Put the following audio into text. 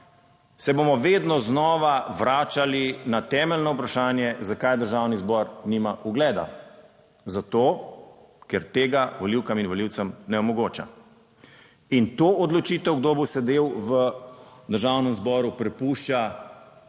se bomo vedno znova vračali na temeljno vprašanje, zakaj Državni zbor nima ugleda. Zato, ker tega volivkam in volivcem ne omogoča. In to odločitev kdo bo sedel v Državnem zboru prepušča